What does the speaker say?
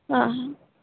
हाँ